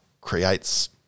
creates